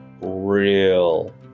real